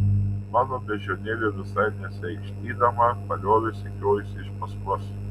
mano beždžionėlė visai nesiaikštydama paliovė sekiojusi iš paskos